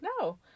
No